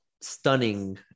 stunning